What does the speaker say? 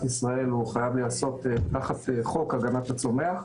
ישראל חייב להיעשות תחת חוק הגנת הצומח.